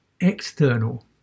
external